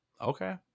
Okay